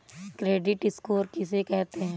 Credit score किसे कहते हैं?